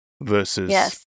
versus